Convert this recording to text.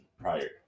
prior